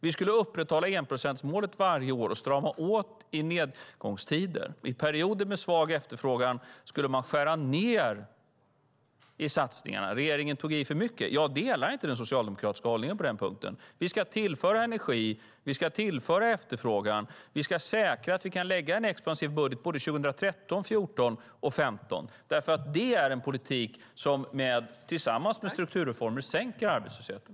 Vi skulle upprätthålla enprocentsmålet varje år och strama åt i nedgångstider. I perioder med svag efterfrågan skulle man skära ned satsningarna. Regeringen tog i för mycket. Jag delar inte den socialdemokratiska hållningen på den punkten. Vi ska tillföra energi och efterfrågan. Vi ska säkra att vi kan lägga en expansiv budget 2013, 2014 och 2015. Det är en politik som, tillsammans med strukturreformer, sänker arbetslösheten.